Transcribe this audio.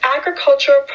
agricultural